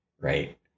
right